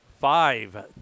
five